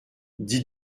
dis